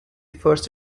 first